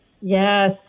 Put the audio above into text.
Yes